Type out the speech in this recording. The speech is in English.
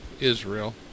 Israel